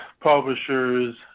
publishers